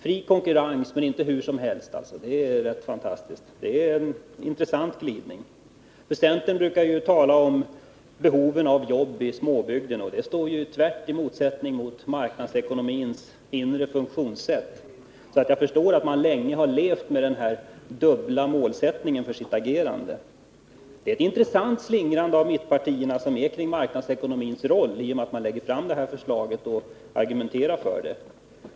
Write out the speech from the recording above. Fri konkurrens, men inte hur som helst alltså, det är rätt fantastiskt. Det är en intressant glidning. Centern brukar tala om behoven av jobb i småbygder. Det går ju tvärtemot marknadsekonomins inre funktionssätt. Jag förstår att centern länge levt med den här dubbla målsättningen för sitt agerande. Det är ett intressant slingrande inom mittenpartierna kring marknadsekonomins roll i och med att man lägger fram det här förslaget och argumenterar för det.